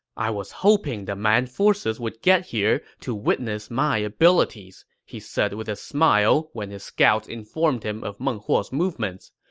i was hoping the man forces would get here to witness my abilities, he said with a smile when his scouts informed him of meng huo's movements.